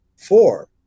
four